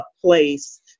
place